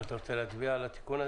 ואתה רוצה להצביע על התיקון הזה?